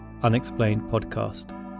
unexplainedpodcast